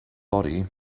body